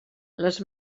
les